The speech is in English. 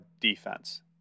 defense